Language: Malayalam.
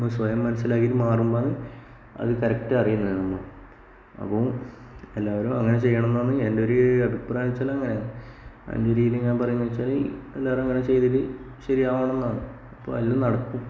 നമ്മള് സ്വയം മനസിലാക്കിയിട്ട് മാറുമ്പം അത് കറക്റ്റ് അറിയുന്നത് നമ്മൾ അപ്പം എല്ലാവരും അങ്ങനെ ചെയ്യണമെന്നാണ് എൻറെ ഒരു അഭിപ്രായം എന്നുവച്ചാല് നല്ല രീതിയിൽ ഞാൻ പറയുന്നത് വെച്ചാല് എല്ലാവരും അങ്ങനെ ചെയ്തിട്ട് ശെരിയാവണമെന്നാണ് അപ്പോൾ എല്ലാം നടക്കും